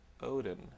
Odin